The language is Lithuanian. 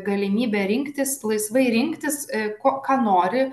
galimybę rinktis laisvai rinktis iš ko ką nori